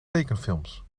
tekenfilms